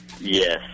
Yes